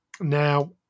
Now